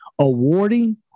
awarding